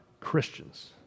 Christians